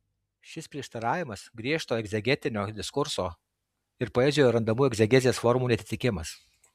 šis prieštaravimas griežto egzegetinio diskurso ir poezijoje randamų egzegezės formų neatitikimas